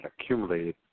accumulated